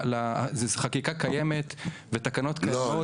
זו חקיקה קיימת ותקנות קיימות.